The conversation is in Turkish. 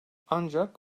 ancak